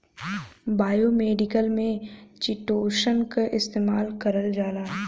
biomedical में chitosan क इस्तेमाल करल जाला